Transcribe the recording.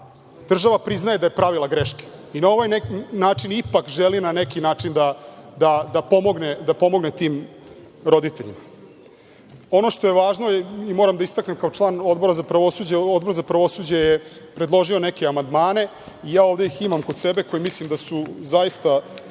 država priznaje da je pravila greške i na ovaj način ipak želi na neki način da pomogne tim roditeljima. Ono što je važno i moram da istaknem kao član Odbora za pravosuđe, Odbor za pravosuđe je predložio neke amandmane i ja ih imam ovde kod sebe. Mislim da su zaista